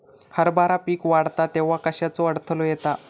हरभरा पीक वाढता तेव्हा कश्याचो अडथलो येता?